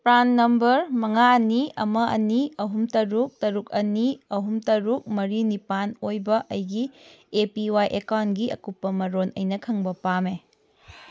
PRAN number ꯃꯉꯥ ꯑꯅꯤ ꯑꯃ ꯑꯅꯤ ꯑꯍꯨꯝ ꯇꯔꯨꯛ ꯇꯔꯨꯛ ꯑꯅꯤ ꯑꯍꯨꯝ ꯇꯔꯨꯛ ꯃꯔꯤ ꯅꯤꯄꯥꯜ ꯑꯣꯏꯕ ꯑꯩꯒꯤ ꯑꯦ ꯄꯤ ꯋꯥꯏ ꯑꯦꯀꯥꯎꯟꯒꯤ ꯑꯀꯨꯞꯄ ꯃꯔꯣꯜ ꯑꯩꯅ ꯈꯪꯕ ꯄꯥꯝꯏ